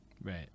Right